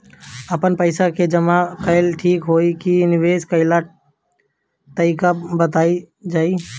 आपन पइसा के जमा कइल ठीक होई की निवेस कइल तइका बतावल जाई?